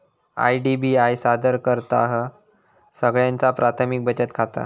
IDBI सादर करतहा सगळ्यांचा प्राथमिक बचत खाता